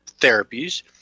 therapies